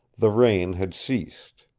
the rain had ceased.